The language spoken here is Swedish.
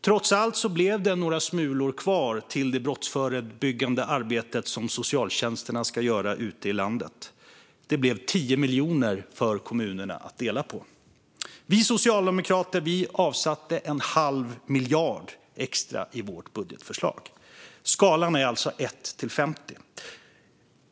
Trots allt blev det några smulor kvar till det brottsförebyggande arbete som socialtjänsterna ska göra ute i landet. Det blev 10 miljoner för kommunerna att dela på. Vi socialdemokrater avsatte en halv miljard extra i vårt budgetförslag. Skalan är alltså 1:50.